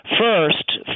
First